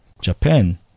Japan